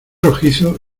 rojizo